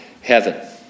heaven